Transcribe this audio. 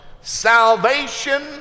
Salvation